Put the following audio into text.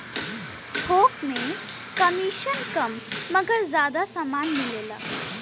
थोक में कमिसन कम मगर जादा समान मिलेला